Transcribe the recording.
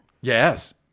yes